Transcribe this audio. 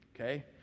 Okay